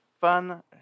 fun